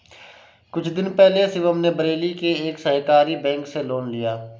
कुछ दिन पहले शिवम ने बरेली के एक सहकारी बैंक से लोन लिया